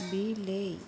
ବିଲେଇ